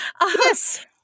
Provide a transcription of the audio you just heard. Yes